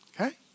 Okay